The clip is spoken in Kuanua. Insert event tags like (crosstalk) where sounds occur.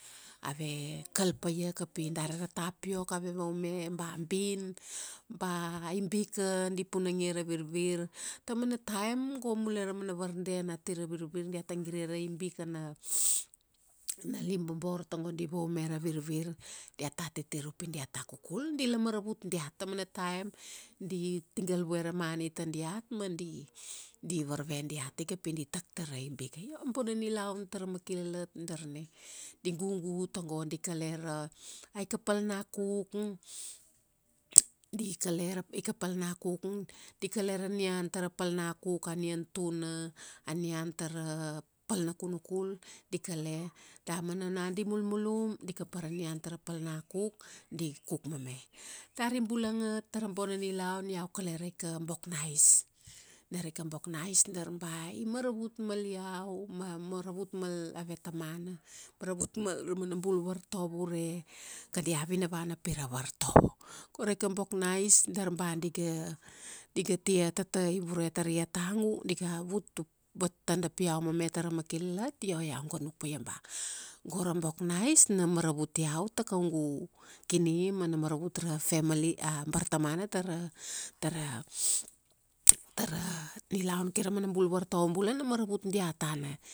ave kal pa iaka pi dari ra tapiok ave vaume, ba bin, ba ibika di punang ia ra virvir. Tamana taim go mule ra mana varden ati ra virvir diata gire ra ibika na (noise) na di bobor togo di vaume ra virvir, diata titir upi diata kukul, dila maravut diat. Tamana taim di, tigal vue ra mani tadiat, ma di, di varve diat ika pi di tak tar ra ibika. Io a bona nilaun tara makilalat darna. Di gugu tago di kale ra, aika pal na kuk, di kale ra aika palna kuk, di kale ra nian tara pal na kuk, a nian tuna, a nian tara pal na kunukul, di kale, damana ona di mulmulum, di kapa ra nian tara pal nakuk, di kuk mame. Dari bulanga tara bona nilaun iau kale raika bok na ice. Na raika bok na ice dari ba i maravut mal iau, ma maravut mal ave tamana, maravut mal ra mana bul vartovo ure, kadia vinavana pira vartovo. Go raika bok na ice, dar ba iga, diga tia tata ivure taria tagu, diga vut bat tadap iau mame tara makilalat, io iau ga nuk paia ba, go ra bok na ice na maravut iau, ta kaugu, kini ma na maravut ra family, a bartamana tara, tara, tara, nilaun kai ra mana bul vartovo bula na maravut diat. Tana